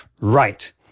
right